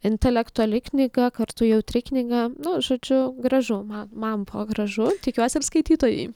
intelektuali knyga kartu jautri knyga nu žodžiu gražu ma man gražu tikiuosi ir skaitytojui